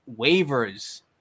waivers